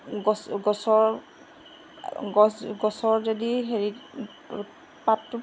গছ গছৰ গছ গছৰ যদি হেৰি পাতটো